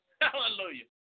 Hallelujah